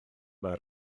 mae